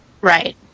right